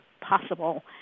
possible